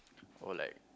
all like